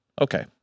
Okay